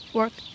work